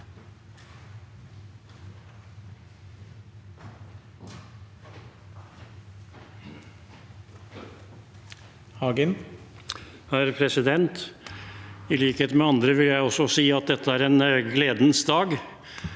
I likhet med andre vil jeg si at dette er en gledens dag.